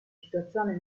situazione